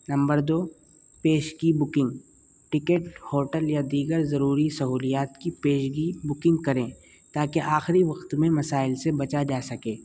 number دو پیشگی booking ticket hotel یا دیگر ضروری سہولیات کی پیشگی بکنگ کریں تاکہ آخری وقت میں مسائل سے بچا جا سکے